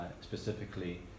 specifically